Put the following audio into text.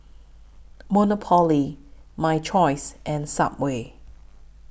Monopoly My Choice and Subway